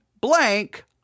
blank